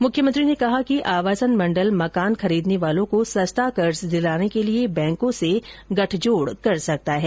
मुख्यमंत्री ने कहा कि आवासन मण्डल मकान खरीदने वालों को सस्ता कर्ज दिलाने के लिए बैंकों से गठजोड़ कर सकता है